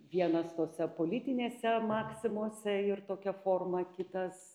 vienas tose politinėse maksimose ir tokia forma kitas